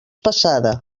passada